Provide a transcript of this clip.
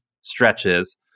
stretches